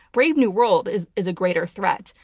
brave new world is is a greater threat.